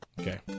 Okay